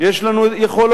יש לנו יכולות.